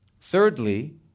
Thirdly